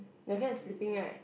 the guy is sleeping right